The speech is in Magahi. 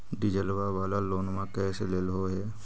डीजलवा वाला लोनवा कैसे लेलहो हे?